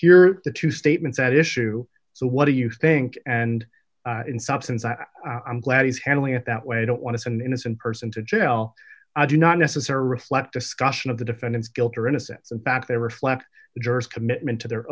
are the two statements at issue so what do you think and in substance i am glad he's handling it that way i don't want to see an innocent person to jail i do not necessarily reflect discussion of the defendant's guilt or innocence and back they reflect the jurors commitment to their